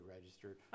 registered